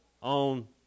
on